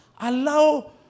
Allow